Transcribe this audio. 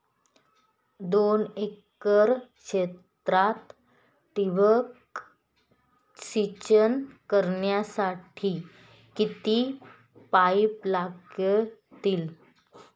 दोन एकर क्षेत्रात ठिबक सिंचन करण्यासाठी किती पाईप लागतील?